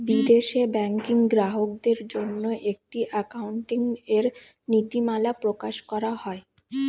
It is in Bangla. বিদেশে ব্যাংকিং গ্রাহকদের জন্য একটি অ্যাকাউন্টিং এর নীতিমালা প্রকাশ করা হয়